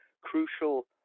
crucial